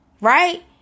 Right